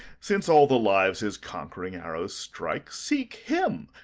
since all the lives his conquering arrows strike seek him,